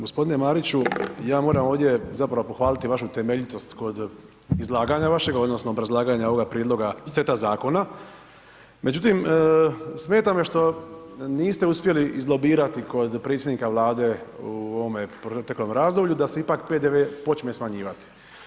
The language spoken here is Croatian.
G. Mariću, ja moram ovdje zapravo pohvaliti vašu temeljitost kog izlaganja vašeg odnosno obrazlaganja ovoga prijedloga seta zakona, međutim, smeta me što niste uspjeli izlobirati kod predsjednika Vlade u ovom proteklom razdoblju da se ipak PDV počne smanjivati.